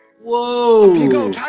Whoa